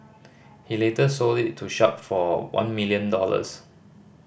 he later sold it to Sharp for one million dollars